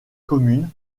communes